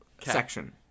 section